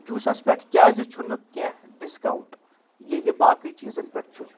جوٗسس پٮ۪ٹھ کیٛازِ چھُنہٕ کیںٛہہ ڈسکاونٹ ییٚلہِ باقٕے چیزن پٮ۪ٹھ چھُ